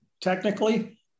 technically